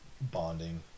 bonding